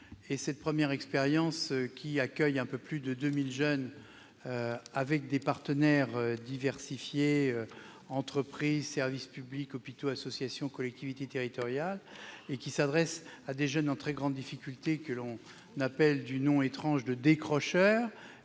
Cette première expérience donne l'occasion d'accueillir un peu plus de 2 000 jeunes. Pratiquée par des partenaires diversifiés- entreprises, services publics, hôpitaux, associations, collectivités territoriales -et destinée à des jeunes en très grande difficulté, ceux que l'on appelle du nom étrange de « décrocheurs